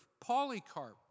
Polycarp